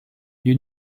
you